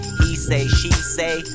he-say-she-say